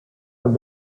have